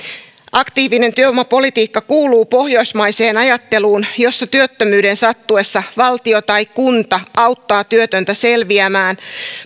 aktiivinen työvoimapolitiikka kuuluu pohjoismaiseen ajatteluun jossa työttömyyden sattuessa valtio tai kunta auttaa työtöntä selviämään